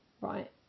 right